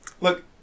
Look